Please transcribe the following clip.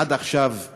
עד עכשיו הוא